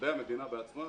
עובדי המדינה בעצמם